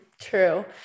True